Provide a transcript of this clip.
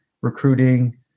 recruiting